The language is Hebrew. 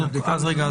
אז רגע,